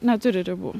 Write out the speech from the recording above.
neturi ribų